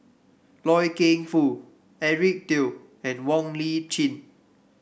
Loy Keng Foo Eric Teo and Wong Lip Chin